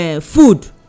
food